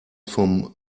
vom